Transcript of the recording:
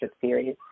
series